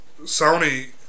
Sony